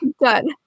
Done